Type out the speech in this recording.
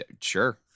Sure